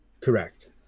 Correct